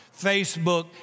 Facebook